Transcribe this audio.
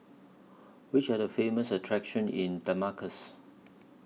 Which Are The Famous attractions in Damascus